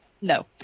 no